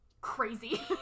crazy